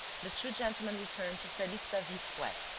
the two gentlemen returned to felix davey's flat.